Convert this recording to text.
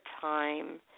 time